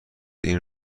این